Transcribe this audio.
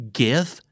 give